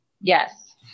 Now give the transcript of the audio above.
Yes